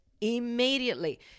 immediately